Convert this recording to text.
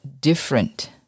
different